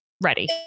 ready